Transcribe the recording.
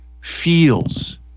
feels